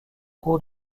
cours